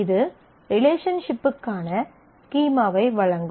இது ரிலேஷன்ஷிப்புக்கான ஸ்கீமாவை வழங்கும்